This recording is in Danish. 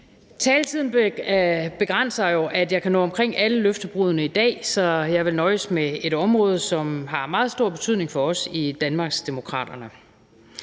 Taletiden begrænser mig jo i at kunne nå omkring alle løftebruddene i dag, så jeg vil nøjes med et område, som har meget stor betydning for os i Danmarksdemokraterne.